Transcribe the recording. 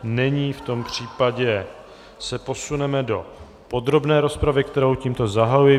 Není, v tom případě se posuneme do podrobné rozpravy, kterou tímto zahajuji.